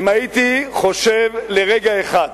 אם הייתי חושב לרגע אחד